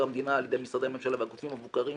המדינה על ידי משרדי ממשלה והגופים המבוקרים